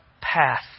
path